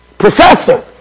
Professor